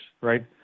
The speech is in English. right